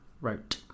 wrote